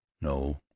no